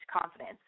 confidence